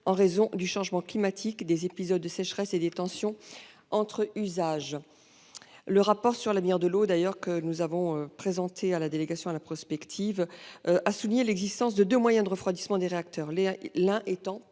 en raison du changement climatique, des épisodes de sécheresse et des tensions entre usages. Le rapport sur l'avenir de l'eau produit par la délégation à la prospective du Sénat a souligné l'existence de deux moyens de refroidissement des réacteurs, l'un étant